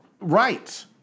right